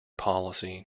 policy